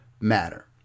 matter